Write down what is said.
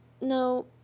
No